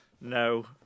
no